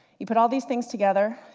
you put all these things together,